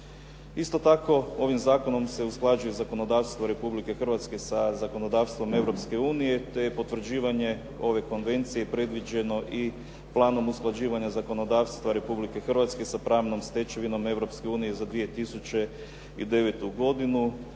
Isto tako ovim zakonom se usklađuje zakonodavstvo Republike Hrvatske sa zakonodavstvom Europske unije te je potvrđivanje ove konvencije predviđeno i planom usklađivanja zakonodavstva Republike Hrvatske sa pravnom stečevinom Europske unije za 2009. godinu